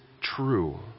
true